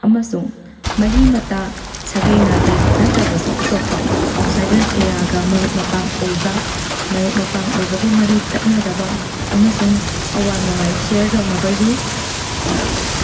ꯑꯃꯁꯨꯡ ꯃꯔꯤ ꯃꯇꯥ ꯁꯥꯒꯩ ꯅꯥꯇꯩ ꯅꯠꯇ꯭ꯔꯕꯁꯨ ꯑꯇꯣꯞꯄ ꯑꯥꯎꯠꯁꯥꯏꯗꯔ ꯀꯌꯥꯒ ꯃꯔꯨꯞ ꯃꯄꯥꯡ ꯑꯣꯏꯕ ꯃꯔꯨꯞ ꯃꯄꯥꯡ ꯑꯣꯏꯕꯒꯤ ꯃꯔꯤ ꯇꯠꯅꯗꯕ ꯑꯃꯁꯨꯡ ꯑꯋꯥ ꯅꯨꯡꯉꯥꯏ ꯁꯦꯌꯥꯔ ꯇꯧꯅꯕꯒꯤ